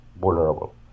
vulnerable